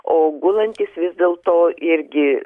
o gulantis vis dėlto irgi